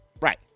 Right